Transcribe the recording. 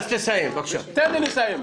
תן לי לסיים.